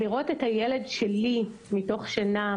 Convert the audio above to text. לראות את הילד שלי מפרכס מתוך שינה,